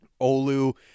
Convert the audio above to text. Olu